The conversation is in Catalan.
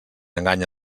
enganya